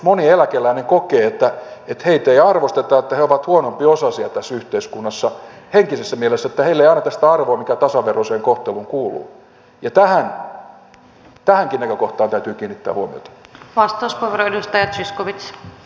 moni eläkeläinen kokee että heitä ei arvosteta ja että he ovat huonompiosaisia tässä yhteiskunnassa henkisessä mielessä että heille ei anneta sitä arvoa mikä tasaveroiseen kohteluun kuuluu ja tähänkin näkökohtaan täytyy kiinnittää huomiota